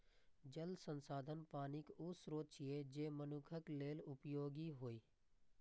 जल संसाधन पानिक ऊ स्रोत छियै, जे मनुक्ख लेल उपयोगी होइ